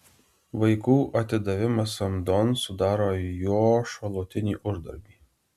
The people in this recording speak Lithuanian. vaikų atidavimas samdon sudaro jo šalutinį uždarbį